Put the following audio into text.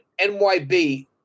NYB